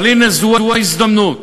אבל הנה, זו ההזדמנות